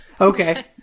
Okay